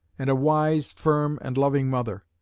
and a wise, firm and loving mother.